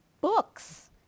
books